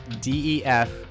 DEF